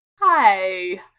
Hi